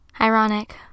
Ironic